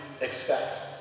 expect